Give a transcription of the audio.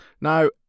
Now